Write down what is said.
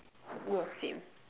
yes same